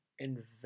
Invest